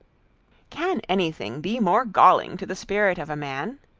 can anything be more galling to the spirit of a man,